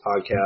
podcast